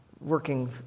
working